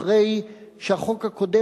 אחרי שהחוק הקודם,